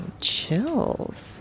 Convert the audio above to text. chills